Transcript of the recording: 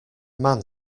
man